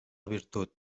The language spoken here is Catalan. virtut